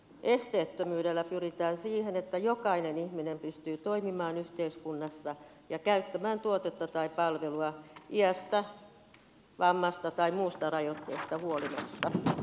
esteettömyydellä pyritään siihen että jokainen ihminen pystyy toimimaan yhteiskunnassa ja käyttämään tuotetta tai palvelua iästä vammasta tai muusta rajoitteesta huolimatta